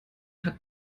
hat